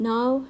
Now